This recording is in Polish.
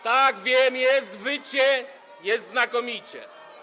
Tak, wiem, jest wycie, jest znakomicie.